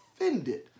offended